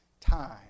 time